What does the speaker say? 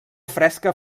fresca